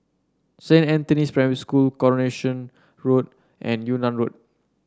Saint Anthony's Primary School Coronation Road and Yunnan Road